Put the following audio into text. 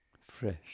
fresh